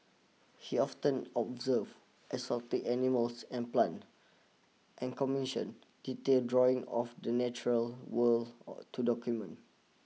he often observe exotic animals and plant and commission detailed drawings of the natural world to document